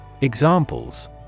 Examples